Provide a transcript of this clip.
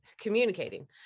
communicating